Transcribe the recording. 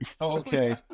Okay